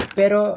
pero